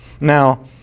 Now